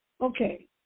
Okay